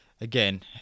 again